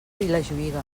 vilajuïga